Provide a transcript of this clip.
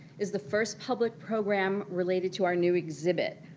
is the first public program related to our new exhibit,